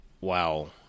Wow